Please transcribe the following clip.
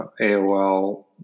AOL